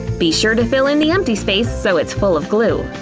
be sure to fill in the empty space so it's full of glue.